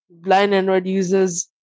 blindandroidusers